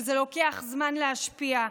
שזה לוקח זמן להשפיע,